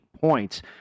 points